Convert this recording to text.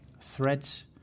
Threads